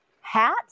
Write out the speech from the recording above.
Hat